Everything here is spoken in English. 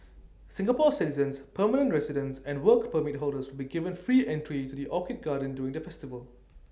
Singapore citizens permanent residents and Work Permit holders will be given free entry to the orchid garden during the festival